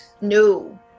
No